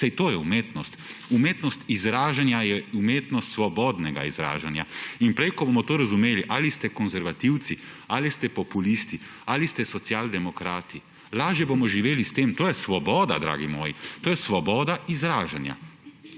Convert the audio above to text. Saj to je umetnost. Umetnost izražanja je umetnost svobodnega izražanja. Prej ko bomo to razumeli, ali ste konservativci, ali ste populisti, ali ste socialdemokrati, lažje bomo živeli s tem. To je svoboda, dragi moji. To je svoboda izražanja.